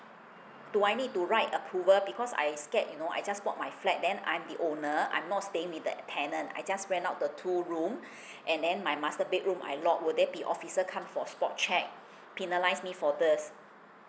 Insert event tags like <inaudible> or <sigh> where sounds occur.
do I need to write approval because I scared you know I just bought my flat then I'm the owner I'm not staying with the tenant I just rent out the two room <breath> and then my master bedroom I lock will there be officer come for spot check penalise me for this